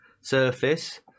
surface